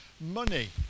money